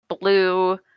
blue